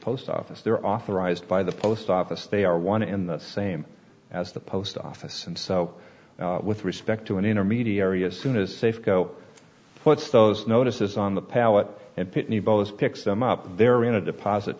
post office they're authorized by the post office they are one in the same as the post office and so with respect to an intermediary as soon as safe go puts those notices on the pallet and pitney bowes picks them up there in a deposit